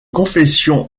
confession